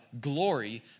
glory